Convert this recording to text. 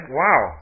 wow